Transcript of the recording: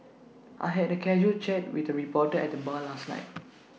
I had A casual chat with A reporter at the bar last night